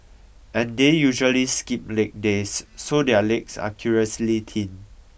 and they usually skip leg days so their legs are curiously thin